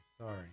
sorry